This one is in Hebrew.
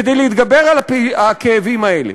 כדי להתגבר על הכאבים האלה.